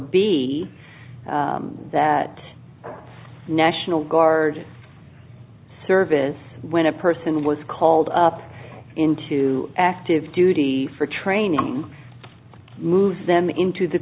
b that national guard service when a person was called up into active duty for training moved them into the